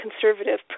conservative